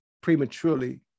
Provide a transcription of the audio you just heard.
prematurely